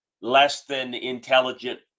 less-than-intelligent